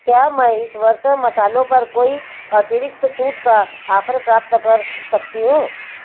क्या मैं इस वर्ष मसालों पर कोई अतिरिक्त छूट का आफ़र प्राप्त कर सकती हूँ